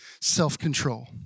self-control